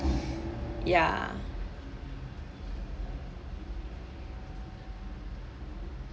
ya